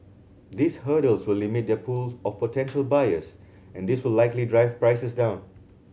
these hurdles will limit their pool of potential buyers and this will likely drive prices down